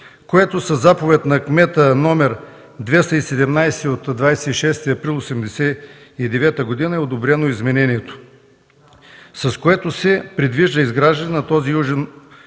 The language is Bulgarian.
Със заповед на кмета № 217 от 26 април 1989 г. е одобрено изменението, с което се предвижда изграждане на този южен